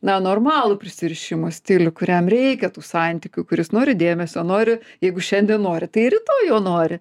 na normalų prisirišimo stilių kuriam reikia tų santykių kuris nori dėmesio nori jeigu šiandien nori tai ir rytoj jo nori